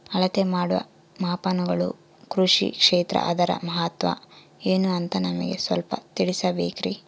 ಅಳತೆ ಮಾಡುವ ಮಾಪನಗಳು ಕೃಷಿ ಕ್ಷೇತ್ರ ಅದರ ಮಹತ್ವ ಏನು ಅಂತ ನಮಗೆ ಸ್ವಲ್ಪ ತಿಳಿಸಬೇಕ್ರಿ?